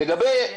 לגבי